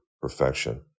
perfection